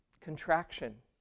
contraction